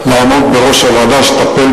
לעמוד בראש הוועדה שתטפל